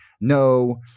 no